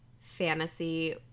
fantasy